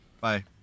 Bye